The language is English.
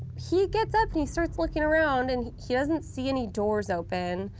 he gets up and he starts looking around, and he doesn't see any doors open,